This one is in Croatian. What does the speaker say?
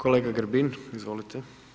Kolega Grbin, izvolite.